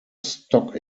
stock